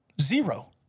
Zero